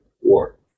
war